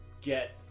get